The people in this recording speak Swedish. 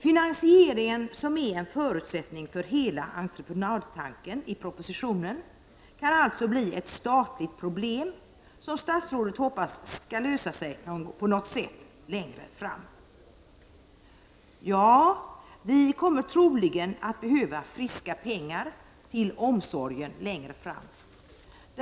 Finansieringen som i propositionen är en förutsättning för hela entreprenadtanken kan alltså bli ett statligt problem, som statsrådet hoppas skall lösa sig på något sätt längre fram. Vi kommer troligen att behöva friska pengar till omsorgen längre fram.